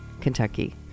Kentucky